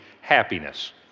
happiness